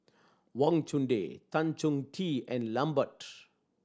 Wang Chunde Tan Chong Tee and Lambert